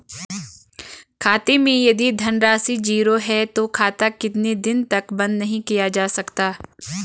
खाते मैं यदि धन राशि ज़ीरो है तो खाता कितने दिन तक बंद नहीं किया जा सकता?